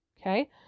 Okay